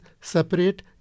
separate